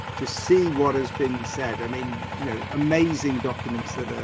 to see what has been said. i mean, you know, amazing documents that are,